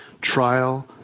trial